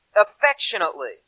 affectionately